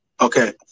Okay